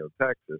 Texas